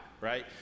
Right